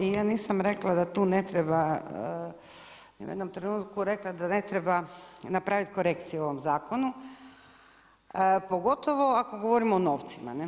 I ja nisam rekla da tu ne treba, ni u jednom trenutku rekla da ne treba napraviti korekcije u ovom zakonu, pogotovo ako govorimo o novcima.